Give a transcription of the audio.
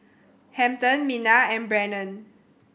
Hampton Minna and Brannon